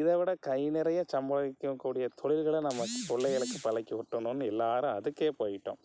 இதைவிட கை நிறைய சம்பாதிக்கக் கூடிய தொழில்களை நம்ம பிள்ளைகளுக்கு பழக்கிவிட்டர்ணுன்னு எல்லோரும் அதுக்கே போயிட்டோம்